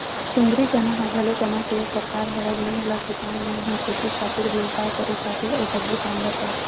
सुंदरी चना ह घलो चना के एक परकार हरय जेन ल किसान मन ह खेती करे खातिर, बेवसाय करे खातिर अउ सब्जी पान बर करथे